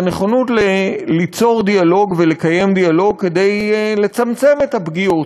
את הנכונות ליצור דיאלוג ולקיים דיאלוג כדי לצמצם את הפגיעות.